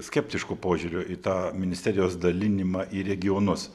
skeptišku požiūriu į tą ministerijos dalinimą į regionus